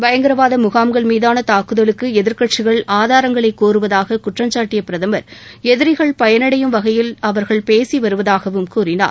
பயங்கரவாத முகாம்கள் மீதான தாக்குதலுக்கு எதிர்க்கட்சிகள் ஆதாரங்களை கோருவதாக குற்றம் சாட்டிய பிரதமர் எதிரிகள் பயனடையும் வகையில் அவர்கள் பேசி வருவதாகவும் கூறினார்